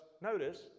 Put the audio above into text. notice